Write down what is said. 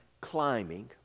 climbing